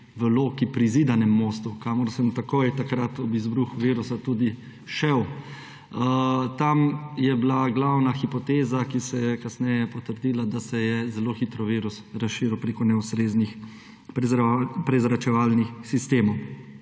v Loki pri Zidanem mostu, kamor sem takoj takrat ob izbruhu virusa tudi šel. Tam je bila glavna hipoteza, ki se je kasneje potrdila, da se je zelo hitro virus razširil preko neustreznih prezračevalnih sistemov.